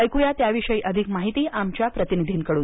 ऐकूया त्याविषयी अधिक माहिती आमच्या प्रतिनिधीकडून